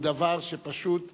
הוא דבר שפשוט,